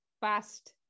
fast